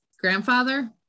grandfather